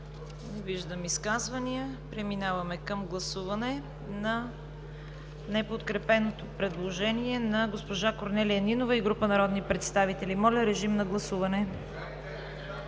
виждам изказвания. Преминаваме към гласуване на неподкрепеното предложение на госпожа Корнелия Нинова и група народни представители. Моля, гласувайте.